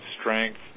strength